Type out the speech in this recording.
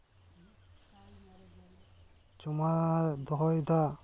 ᱡᱚᱢᱟ ᱫᱚᱦᱚᱭᱫᱟ